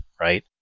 right